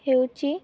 ହେଉଛି